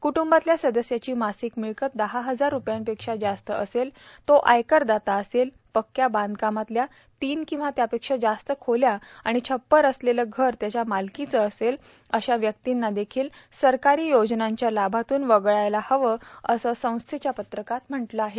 क्ट्ंबातल्या सदस्याची मासिक मिळकत दहा हजार रुपयांपेक्षा जास्त असेल तो आयकर दाता असेल पक्क्या बांधकामातल्या तीन किंवा त्यापेक्षा जास्त खोल्या आणि छप्पर असलेलं घर त्याच्या मालकीचं असेल अशा व्यक्तींना देखील सरकारी योजनांच्या लाभातून वगळायला हवं असं संस्थेच्या पत्रकात म्हटलं आहे